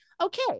okay